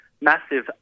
massive